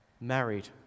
married